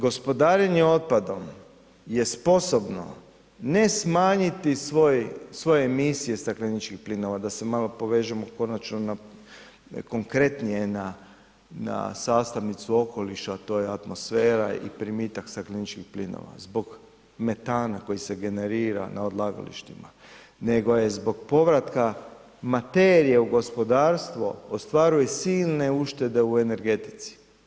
Gospodarenje otpadom je sposobno ne smanjiti svoje emisije stakleničkih plinova da se malo povežemo konačno na konkretnije na, na sastavnicu okoliša, to je atmosfera i primitak stakleničkih plinova zbog metana koji se generira na odlagalištima, nego je zbog povratka materije u gospodarstvo ostvaruje silne uštede u energetici.